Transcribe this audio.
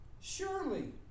surely